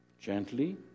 gently